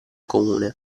comune